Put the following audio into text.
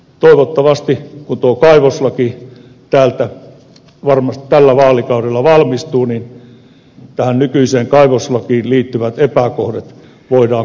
toivottavasti kun tuo kaivoslaki täällä varmasti tällä vaalikaudella valmistuu tähän nykyiseen kaivoslakiin liittyvät epäkohdat voidaan korjata